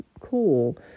cool